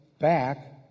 back